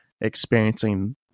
experiencing